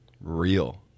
real